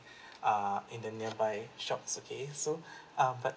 uh in the nearby shops okay so um but